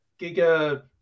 Giga